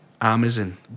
Amazon